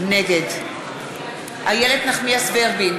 נגד איילת נחמיאס ורבין,